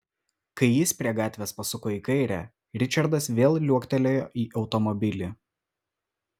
kai jis prie gatvės pasuko į kairę ričardas vėl liuoktelėjo į automobilį